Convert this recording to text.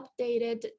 updated